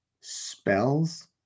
spells